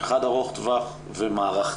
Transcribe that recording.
אחד ארוך טווח ומערכתי,